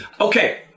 Okay